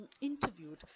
interviewed